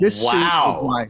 Wow